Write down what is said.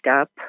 up